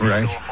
Right